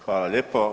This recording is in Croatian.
Hvala lijepa.